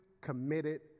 committed